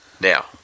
Now